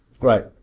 Right